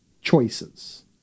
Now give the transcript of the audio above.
choices